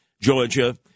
Georgia